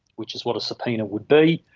which is what a subpoena would be,